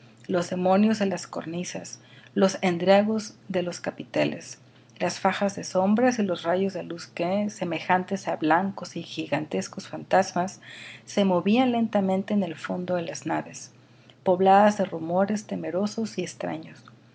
los demonios de las cornisas los endriagos de los capiteles las fajas de sombras y los rayos de luz que semejantes á blancos y gigantescos fantasmas se movían lentamente en el fondo de las naves pobladas de rumores temerosos y extraños